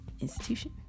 institution